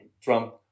Trump